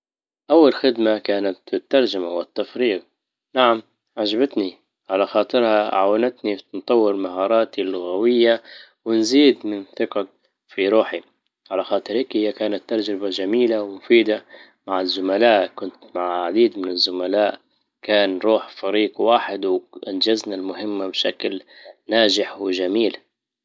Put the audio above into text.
اول خدمة كانت الترجمة والتفريغ نعم عجبتني على خاطرها عاونتني نطور مهاراتي اللغوية ونزيد من ثقتى في روحي، على خاطرك هي كانت تجربة جميلة ومفيدة مع الزملاء كنت مع عديد من الزملاء كأن روح فريق واحد وانجزنا المهمة بشكل ناجح وجميل